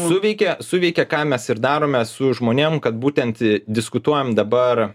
suveikia suveikė ką mes ir darome su žmonėm kad būtent diskutuojame dabar